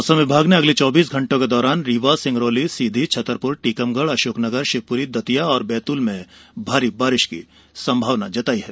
मौसम विभाग ने अगले चौबीस घंटों के दौरान रीवा सिंगरौली सीधी छतरपुर टीकमगढ़ अशोकनगर शिवपुरी दतिया और बैतूल में भारी बारिश की संभावना जताई है